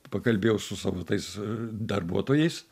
pakalbėjau su savo tais darbuotojais